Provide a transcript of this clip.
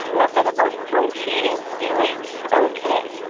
well, for the most part she is doing okay.